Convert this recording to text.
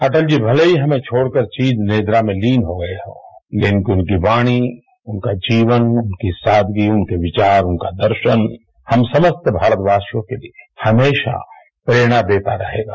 अटल जी भले ही हमें छोड़कर चिरनिद्रा में लीन हो गये हो लेकिन उनकी वाणी उनका जीवन उनकी सादगी उनके विचार उनका दर्शन हम समस्त भारतवासियों के लिए हमेशा प्रेरणा देता रहेगा